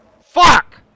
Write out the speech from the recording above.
FUCK